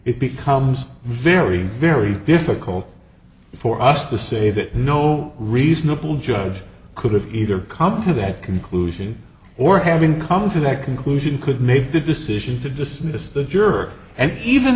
it becomes very very difficult for us to say that no reasonable judge could have either come to that conclusion or having come to that conclusion could made the decision to dismiss the juror and even